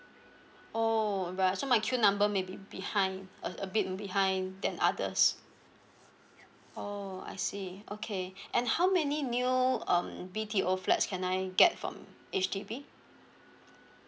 oh alright so my queue number maybe behind a a bit behind than others oh I see okay and how many new um B_T_O flats can I get from H_D_B